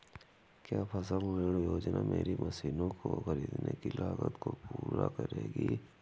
क्या फसल ऋण योजना मेरी मशीनों को ख़रीदने की लागत को पूरा करेगी?